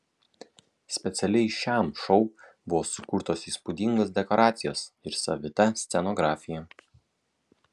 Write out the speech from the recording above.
specialiai šiam šou buvo sukurtos įspūdingos dekoracijos ir savita scenografija